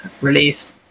release